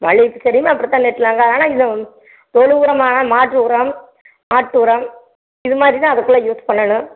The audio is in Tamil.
மல்லிகை பூ செடியுமே அப்படி தான் நாங்கள் ஆனால் தொழுவுரம் ஆனால் மாட்டு உரம் ஆட்டு உரம் இது மாதிரி தான் அதுக்கு எல்லாம் யூஸ் பண்ணணும்